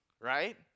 right